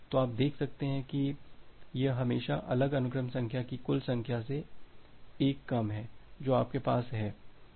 तो आप देख सकते हैं कि यह हमेशा अलग अनुक्रम संख्या की कुल संख्या से 1 कम है जो आपके पास है